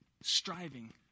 striving